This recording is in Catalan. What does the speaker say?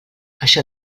això